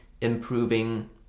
improving